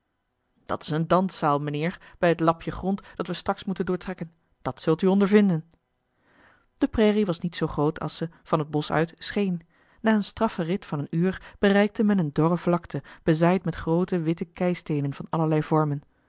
dat is eene danszaal mijnheer bij het lapje grond dat we straks moeten doortrekken dat zult u ondervinden de prairie was niet zoo groot als ze van het bosch uit scheen na een straffen rit van een uur bereikte men eene dorre vlakte bezaaid met groote witte keisteenen van allerlei vormen